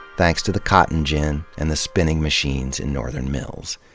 thanks to the cotton gin and the spinning machines in northern mills.